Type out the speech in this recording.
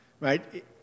right